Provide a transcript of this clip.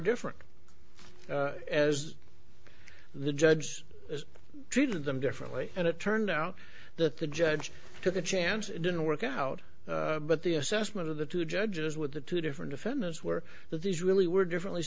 different as the judge has treated them differently and it turned out that the judge took a chance it didn't work out but the assessment of the two judges with the two different offenders were the visually were differently